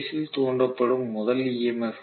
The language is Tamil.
A பேஸ் ல் தூண்டப்படும் முதல் ஈ